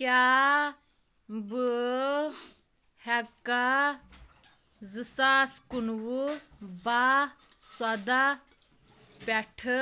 کیٛاہ بہٕ ہٮ۪کا زٕ ساس کُنہٕ وُہ بَہہ ژۄداہ پٮ۪ٹھٕ